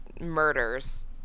murders